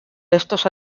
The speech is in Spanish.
estos